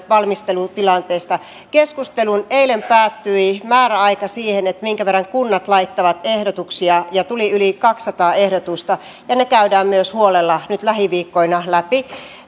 valmistelun tilanteesta keskustelun eilen päättyi määräaika sille minkä verran kunnat laittavat ehdotuksia ja tuli yli kaksisataa ehdotusta ne käydään myös huolella nyt lähiviikkoina läpi